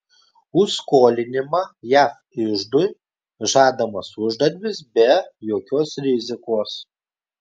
už skolinimą jav iždui žadamas uždarbis be jokios rizikos